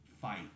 fight